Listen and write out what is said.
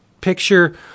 picture